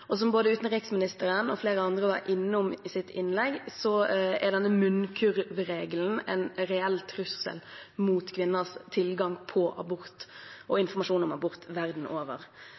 død. Som både utenriksministeren og flere andre var innom i sine innlegg, er munnkurvregelen en reell trussel mot kvinners tilgang på abort og informasjon om abort verden over.